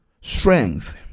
strength